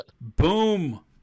Boom